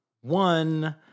one